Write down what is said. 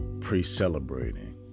pre-celebrating